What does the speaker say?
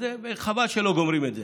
וחבל שלא גומרים את זה.